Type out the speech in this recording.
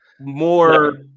more